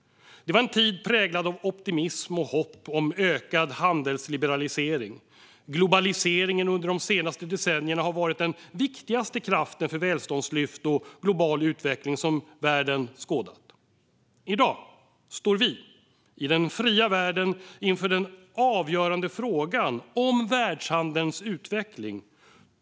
Det var en tid präglad av optimism och hopp om ökad handelsliberalisering. Globaliseringen under de senaste decennierna har varit den viktigaste kraft för välståndslyft och global utveckling som världen skådat. I dag står vi i den fria världen inför den avgörande frågan om världshandelns utveckling.